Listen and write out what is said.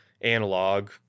analog